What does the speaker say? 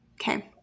Okay